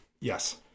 Yes